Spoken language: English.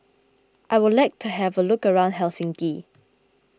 I would like to have a look around Helsinki